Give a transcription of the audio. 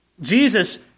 Jesus